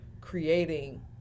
creating